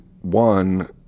one